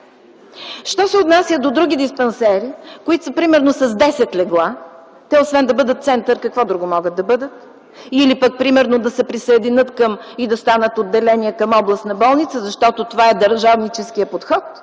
Що се отнася до други диспансери, които, примерно, са с 10 легла, те, освен да бъдат център, какво друго могат да бъдат? Или пък, примерно, да се присъединят и да станат отделения към областна болница, защото това е държавническият подход